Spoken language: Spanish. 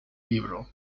libro